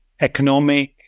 economic